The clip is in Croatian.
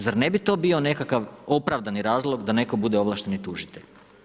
Zar ne bi to bio nekakav opravdani razlog da netko bude ovlašteni tužitelj?